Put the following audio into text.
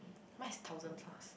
mine is thousand plus